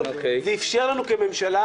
ואיפשר לנו כממשלה